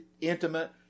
intimate